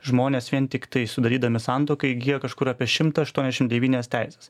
žmonės vien tiktai sudarydami santuoką įgyja kažkur apie šimtą aštuoniasdešim devynias teises